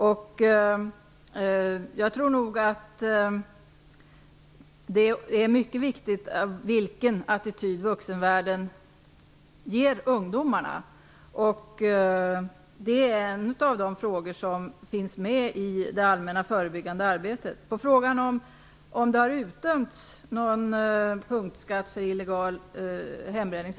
Vilken attityd vuxenvärlden ger ungdomarna är mycket viktigt i sammanhanget. Det är en de frågor som finns med i det allmänna förebyggande arbetet. Ulla-Britt Hagström frågade om det har utdömts någon punktskatt för illegal hembränning.